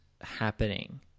happening